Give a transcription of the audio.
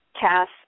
Cass